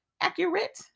accurate